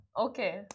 Okay